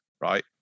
right